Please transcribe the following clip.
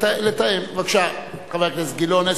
בבקשה, חבר הכנסת גילאון.